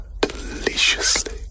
deliciously